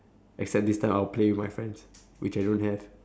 except this time I'll play with my friends which I don't have